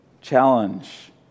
challenge